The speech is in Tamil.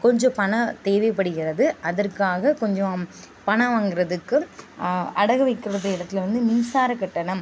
கொஞ்சம் பண தேவைப்படுகிறது அதற்காக கொஞ்சம் பண வாங்குகிறதுக்கு அடகு வைக்கிறது இடத்துல வந்து மின்சார கட்டணம்